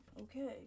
Okay